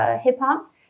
hip-hop